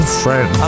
friend